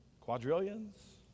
Quadrillions